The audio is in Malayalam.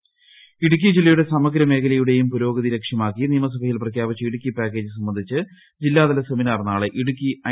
ഇടുക്കി പാക്കേജ് സെമിനാർ ഇടുക്കി ജില്ലയുടെ സമഗ്ര മേഖലയുടെയും പുരോഗതി ലക്ഷ്യമാക്കി നിയമസഭയിൽ പ്രഖ്യാപിച്ച ഇടുക്കി പാക്കേജ് സംബന്ധിച്ച് ജില്ലാതല സെമിനാർ നാളെ ഇടുക്കി ഐ